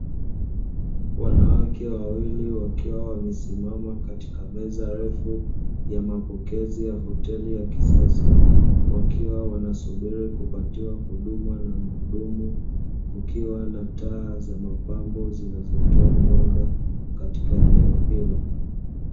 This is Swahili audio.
Wanawake wawili wakiwa wamesimama katika meza refu ya mapokezi ya hoteli ya kisasa wakiwa wanasubiri kupatiwa huduma na mhudumu, kukiwa na taa za mapambo zinazotoa mwanga katika eneo hilo.